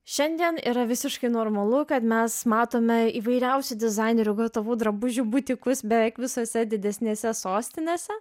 šiandien yra visiškai normalu kad mes matome įvairiausių dizainerių gatavų drabužių butikus beveik visose didesnėse sostinėse